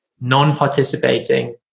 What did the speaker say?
non-participating